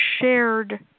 shared